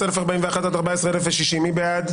13,901 עד 13,920, מי בעד?